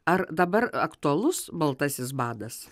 ar dabar aktualus baltasis badas